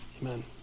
Amen